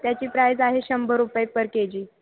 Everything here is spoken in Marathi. त्याची प्राईस आहे शंभर रुपये पर के जी